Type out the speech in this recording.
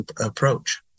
approach